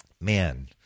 Man